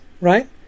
right